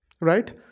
right